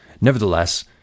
nevertheless